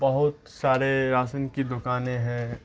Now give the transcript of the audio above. بہت سارے راسن کی دکانیں ہیں